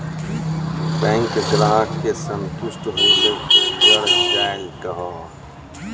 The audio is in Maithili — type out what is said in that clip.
बैंक ग्राहक के संतुष्ट होयिल के बढ़ जायल कहो?